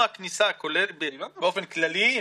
נמצאים בחברה הערבית, ו-27 בכל המדינה.